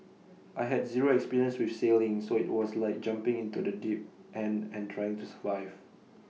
I had zero experience with sailing so IT was like jumping into the deep end and trying to survive